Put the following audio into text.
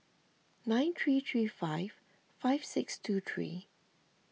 nine three three five five six two three